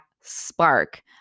spark